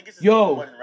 Yo